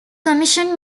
commission